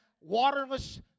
waterless